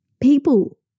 People